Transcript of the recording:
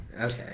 Okay